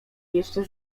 jeszcze